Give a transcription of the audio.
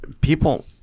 people